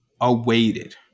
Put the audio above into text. awaited